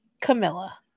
Camilla